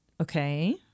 Okay